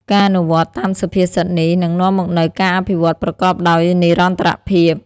ការអនុវត្តតាមសុភាសិតនេះ នឹងនាំមកនូវការអភិវឌ្ឍប្រកបដោយនិរន្តរភាព។